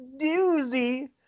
doozy